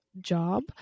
job